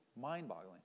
mind-boggling